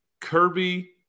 Kirby